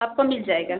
आपको मिल जाएगा